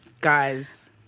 guys